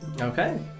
Okay